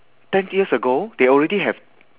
twenty years ago they already have